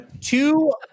two